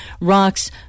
rocks